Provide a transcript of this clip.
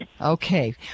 Okay